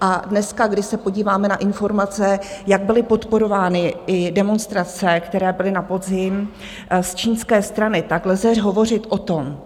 A dneska když se podíváme na informace, jak byly podporovány i demonstrace, které byly na podzim, z čínské strany, tak lze hovořit o tom,